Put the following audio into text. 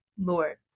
Lord